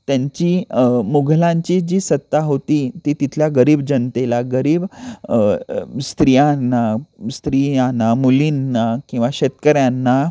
त्यांची मुघलांची जी सत्ता होती ती तिथल्या गरीब जनतेला गरीब स्त्रियांना स्त्रियांना मुलींना किंवा शेतकऱ्यांना